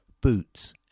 Boots